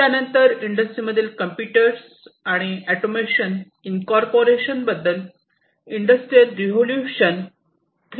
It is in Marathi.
त्यानंतर इंडस्ट्री मधील कम्प्युटर्स आणि ऑटोमेशन इंनकॉर्पोरेशन बद्दलचे इंडस्ट्रियल रेवोल्युशन 3